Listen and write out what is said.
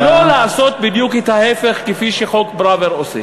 ולא לעשות בדיוק את ההפך, כפי שחוק פראוור עושה.